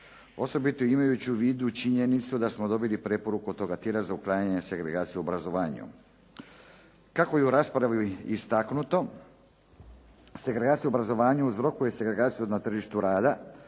osobito imajući u vidu činjenicu da smo dobili preporuku od toga dijela za uklanjanje segregacije u obrazovanju. Kako je u raspravi istaknuto segregacija u obrazovanju uzrokuje segregaciju na tržištu rada.